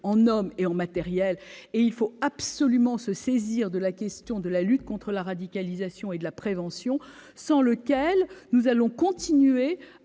en hommes et en matériels. Il faut absolument se saisir de la question de la lutte contre la radicalisation et de la prévention, sauf à continuer